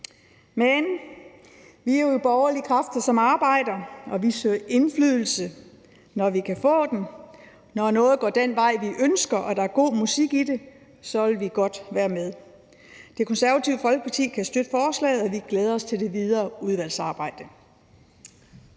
Men vi er jo borgerlige kræfter, som arbejder, og vi søger indflydelse, når vi kan få den. Når noget går den vej, vi ønsker, og der er god musik i det, så vil vi godt være med. Det Konservative Folkeparti kan støtte lovforslaget, og vi glæder os til det videre udvalgsarbejde.